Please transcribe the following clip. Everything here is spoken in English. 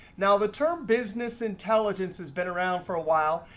now, the term business intelligence has been around for a while,